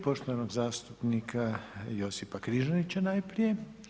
Poštovanog zastupnika Josipa Križanića najprije.